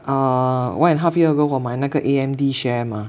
err one and a half years ago 我买那个 A_M_D share 嘛